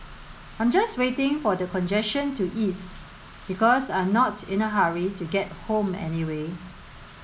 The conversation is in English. I'm just waiting for the congestion to ease because I'm not in a hurry to get home anyway